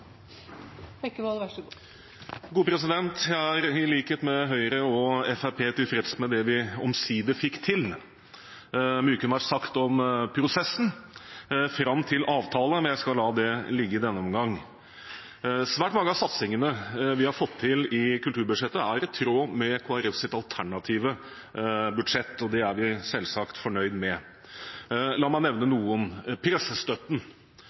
god jobb. Så jeg vil takke dem for det og holde motet oppe. Dette skal vi få til sammen og prioritere annerledes. Jeg er i likhet med Høyre og Fremskrittspartiet tilfreds med det vi omsider fikk til. Mye kunne vært sagt om prosessen fram til avtale, men jeg skal la det ligge i denne omgang. Svært mange av satsingene vi har fått til i kulturbudsjettet, er i tråd med Kristelig Folkepartis alternative budsjett, og det er vi